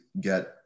get